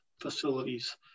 facilities